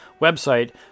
website